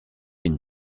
une